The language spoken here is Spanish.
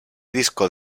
disco